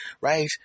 right